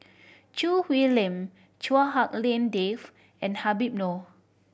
Choo Hwee Lim Chua Hak Lien Dave and Habib Noh